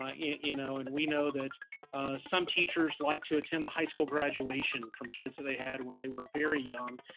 yeah you know and we know that some teachers like to attend the high school graduation from kids that they had when they were very young.